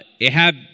Ahab